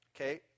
Okay